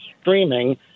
streaming